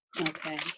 Okay